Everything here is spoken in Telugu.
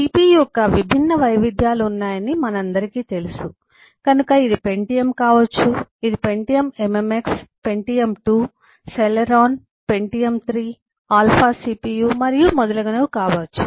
CPU యొక్క విభిన్న వైవిధ్యాలు ఉన్నాయని మనందరికీ తెలుసు కనుక ఇది పెంటియమ్ కావచ్చు ఇది Pentium MMX Pentium II Celeron Pentium III Alpha CPU మరియు మొదలగునవి కావచ్చు